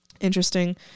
interesting